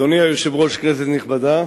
אדוני היושב-ראש, כנסת נכבדה,